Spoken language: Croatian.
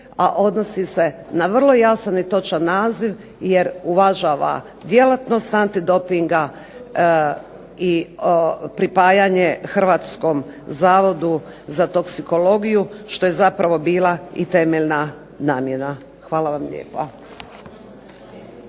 a odnosi se na vrlo jasan i točan naziv, jer uvažava djelatnost antidopinga, i pripajanje Hrvatskom zavodu za toksikologiju, što je zapravo bila i temeljna namjena. Hvala vam lijepa.